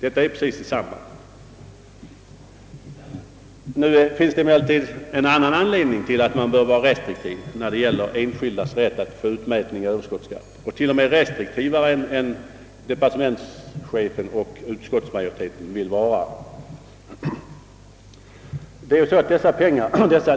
Nu finns det emellertid en annan anledning till att man bör vara restriktiv när det gäller enskildas rätt att få utmätning i överskottsskatt, t.o.m. mera restriktiv än vad departementschefen och utskottsmajoriteten vill vara.